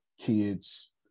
kids